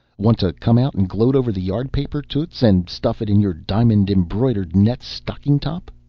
want to come out and gloat over the yard paper, toots, and stuff it in your diamond-embroidered net stocking top?